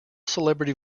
celebrity